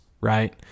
right